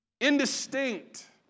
indistinct